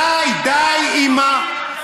די, די עם,